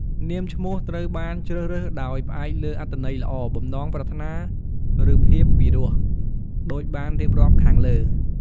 នាមឈ្នោះត្រូវបានជ្រើសរើសដោយ ផ្អែកលើអត្ថន័យល្អ បំណងប្រាថ្នា ឬ ភាពពីរោះ ដូចបានរៀបរាប់ខាងលើ។